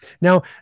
now